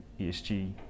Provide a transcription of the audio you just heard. ESG